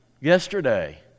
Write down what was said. Yesterday